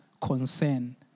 concern